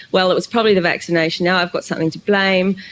well, it was probably the vaccination. now i've got something to blame.